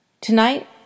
Tonight